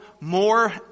more